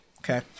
okay